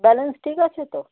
balance ঠিক আছে তো